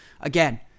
again